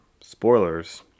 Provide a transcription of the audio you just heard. spoilers